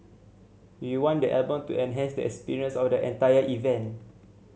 we want the album to enhance the experience of the entire event